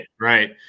right